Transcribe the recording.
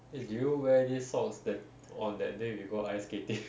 did you wear this socks that on that day we go ice skating